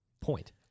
point